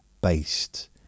based